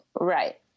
Right